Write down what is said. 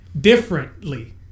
differently